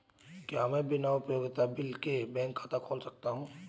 क्या मैं बिना उपयोगिता बिल के बैंक खाता खोल सकता हूँ?